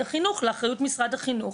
לאחראיות משרד החינוך.